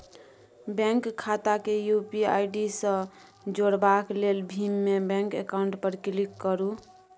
bank खाता केँ UPI सँ जोरबाक लेल भीम मे बैंक अकाउंट पर क्लिक करु